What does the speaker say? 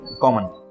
common